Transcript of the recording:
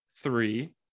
three